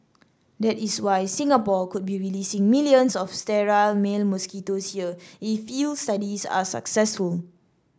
that is why Singapore could be releasing millions of sterile male mosquitoes here if field studies are successful